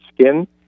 skin